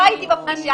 לא הייתי בפגישה.